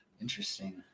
Interesting